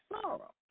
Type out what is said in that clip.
sorrow